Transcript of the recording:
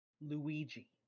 Luigi